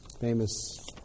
famous